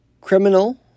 criminal